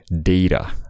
data